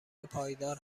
پایدار